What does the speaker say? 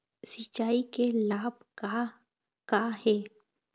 सिचाई के लाभ का का हे?